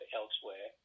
elsewhere